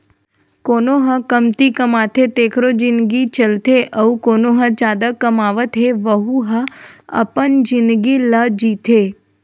कोनो ह कमती कमाथे तेखरो जिनगी चलथे अउ कोना ह जादा कमावत हे वहूँ ह अपन जिनगी ल जीथे